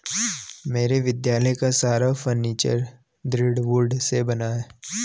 मेरे विद्यालय का सारा फर्नीचर दृढ़ वुड से बना है